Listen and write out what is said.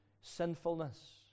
sinfulness